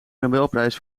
nobelprijs